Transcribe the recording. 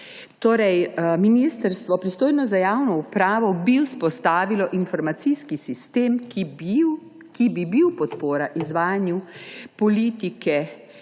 želimo. Ministrstvo, pristojno za javno upravo, bi vzpostavilo informacijski sistem, ki bi bil podpora izvajanju politike